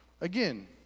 Again